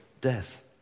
death